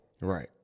Right